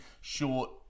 short